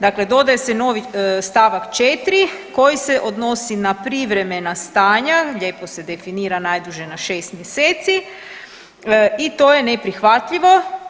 Dakle, dodaje se novi stavak 4. koji se odnosi na privremena stanja, lijepo se definira najduže na šest mjeseci i to je neprihvatljivo.